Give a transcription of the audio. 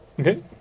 Okay